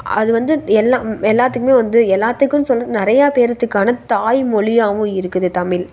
அது வந்து எல்லாம் எல்லாத்துக்குமே வந்து எல்லாத்துக்குன்னு சொல்கிறது நிறையா பேர்த்துக்கான தாய்மொழியாவும் இருக்குது தமிழ்